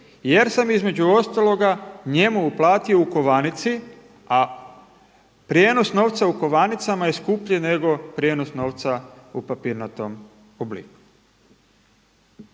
jer sam između ostaloga njemu uplatio u kovanici a prijenos novca u kovanicama je skuplji nego prijenos novca u papirnatom obliku.